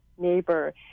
neighbor